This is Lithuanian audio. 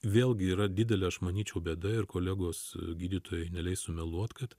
vėlgi yra didelė aš manyčiau bėda ir kolegos gydytojai neleis sumeluot kad